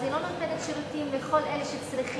אז היא לא נותנת שירותים לכל אלה שצריכים,